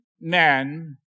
man